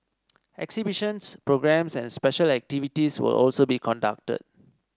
exhibitions programmes and special activities will also be conducted